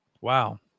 Wow